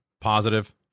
Positive